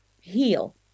heal